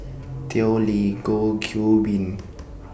Tao Li Goh Qiu Bin and Chandra Das